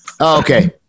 Okay